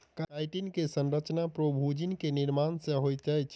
chitin के संरचना प्रोभूजिन के निर्माण सॅ होइत अछि